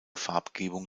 farbgebung